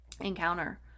encounter